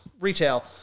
retail